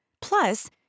Plus